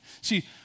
See